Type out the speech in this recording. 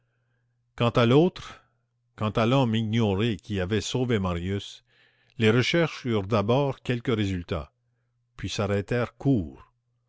quant à l'autre quant à l'homme ignoré qui avait sauvé marius les recherches eurent d'abord quelque résultat puis s'arrêtèrent court